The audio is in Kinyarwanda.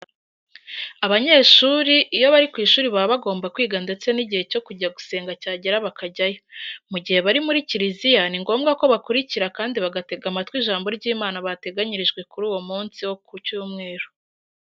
Abanyeshuri iyo bari ku ishuri baba bagomba kwiga ndetse n'igihe cyo kujya gusenga cyagera bakajyayo. Mu gihe bari muri kiriziya ni ngombwa ko bakurikira kandi bagatega amatwi ijambo ry'Imana bateganyirijwe kuri uwo munsi wo ku cyumweru.